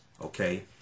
Okay